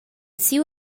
siu